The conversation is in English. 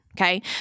okay